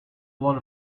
lot